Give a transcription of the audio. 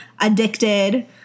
addicted